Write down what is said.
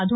धो